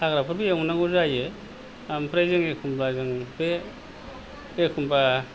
हाग्राफोरखौ एवनांगौ जायो ओमफ्राय जोङो एखम्बा जों बे एखम्बा